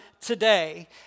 today